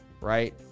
right